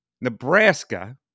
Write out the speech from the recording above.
Nebraska